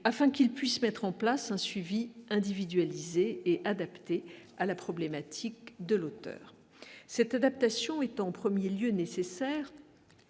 afin qu'il puisse mettre en place un suivi individualisé et adapté à la problématique de l'auteur, cette adaptation est en 1er lieu nécessaire